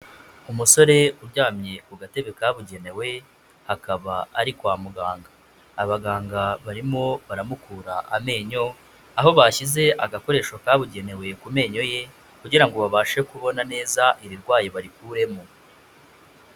Umusore uryamye ku gatebe kabugenewe, akaba ari kwa muganga. Abaganga barimo baramukura amenyo, aho bashyize agakoresho kabugenewe ku menyo ye kugira ngo babashe kubona neza irirwaye barikuremo.